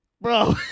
Bro